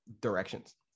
directions